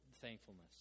thankfulness